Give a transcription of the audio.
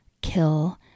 kill